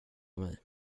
mig